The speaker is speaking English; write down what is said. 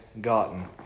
gotten